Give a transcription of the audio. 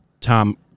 tom